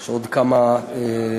יש עוד כמה קבוצות.